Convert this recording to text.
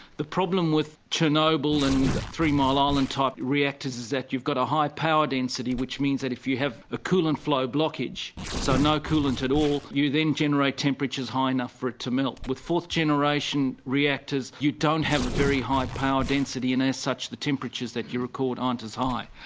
the problem with chernobyl and three mile island type reactors is that you've got a high power density, which means that if you have the ah coolant flow blockage so no coolant at all you then generate temperatures high enough for it to melt. with fourth generation reactors you don't have a very high power density and as such the temperatures that you record aren't as high.